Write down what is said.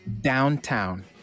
Downtown